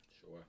Sure